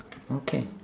okay